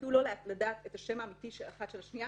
אפילו לא לדעת את השם האמיתי אחת של השנייה,